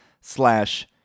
slash